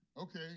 Okay